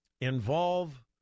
involve